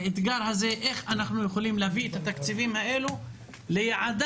איך אנחנו יכולים להביא את התקציבים האלו ליעדם